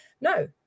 No